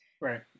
Right